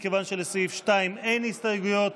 מכיוון שלסעיף 2 אין הסתייגויות,